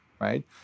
right